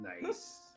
Nice